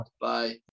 Bye